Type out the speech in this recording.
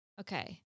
Okay